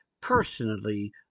personally